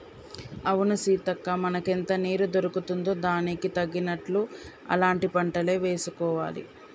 అవును సీతక్క మనకెంత నీరు దొరుకుతుందో దానికి తగినట్లు అలాంటి పంటలే వేసుకోవాలి